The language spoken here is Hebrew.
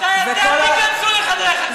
מתי אתם תיכנסו לחדרי חקירות?